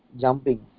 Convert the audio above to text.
jumping